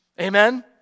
Amen